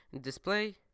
display